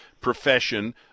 profession